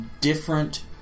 different